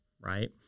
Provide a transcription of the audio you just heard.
right